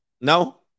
No